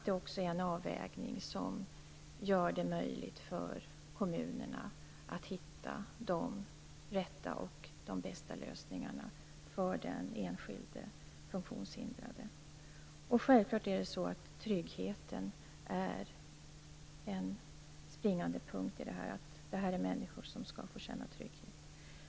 Det gör det möjligt för kommunerna att hitta de rätta och de bästa lösningarna för den enskilde funktionshindrade. Självfallet är tryggheten en springande punkt, då det handlar om människor som skall få känna trygghet.